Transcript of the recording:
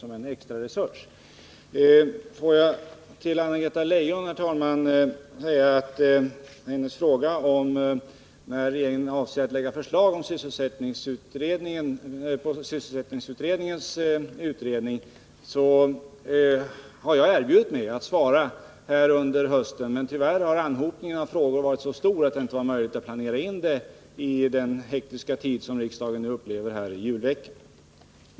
Jag har erbjudit mig att under hösten svara på Anna-Greta Leijons fråga om när regeringen avser att lägga fram förslag på sysselsättningsutredningens betänkande. Men tyvärr har anhopningen av frågor varit så stor att det inte 23 har varit möjligt att planera in det i den hektiska tid som riksdagen nu upplever i julveckan.